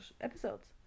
episodes